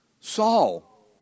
Saul